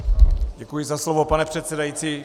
Děkuji za slovo, pane předsedající.